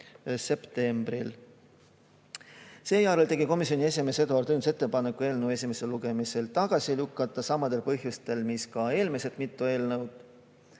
Seejärel tegi komisjoni esimees Eduard Odinets ettepaneku eelnõu esimesel lugemisel tagasi lükata, samadel põhjustel mis ka eelmised mitu eelnõu.